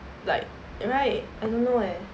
like right I don't know eh